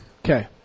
Okay